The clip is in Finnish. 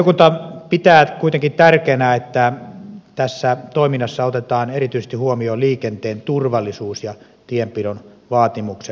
valiokunta pitää kuitenkin tärkeänä että tässä toiminnassa otetaan erityisesti huomioon liikenteen turvallisuus ja tienpidon vaatimukset